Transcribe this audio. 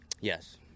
Yes